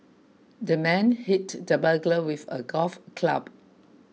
the man hit the burglar with a golf club